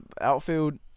outfield